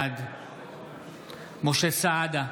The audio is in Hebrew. בעד משה סעדה,